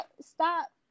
stop